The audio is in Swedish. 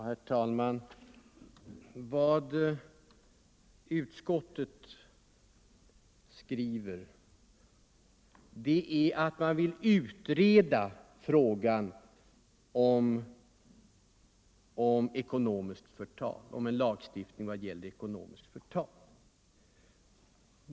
Herr talman! Utskottsmajoriteten vill utreda frågan om en lagstiftning i vad gäller ekonomiskt förtal.